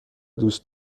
دوست